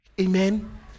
Amen